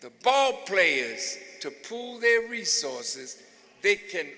the ball players to pool their resources they can